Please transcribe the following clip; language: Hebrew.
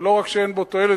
ולא רק שאין בו תועלת,